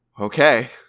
Okay